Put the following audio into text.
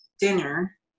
dinner